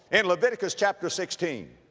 in leviticus chapter sixteen,